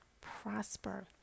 prosper